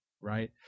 right